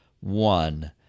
One